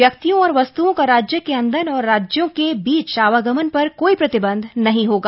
व्यक्तियों और वस्तुओं का राज्य के अंदर और राज्यों के बीच आवागमन पर कोई प्रतिबंध नहीं होगा